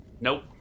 Nope